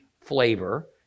flavor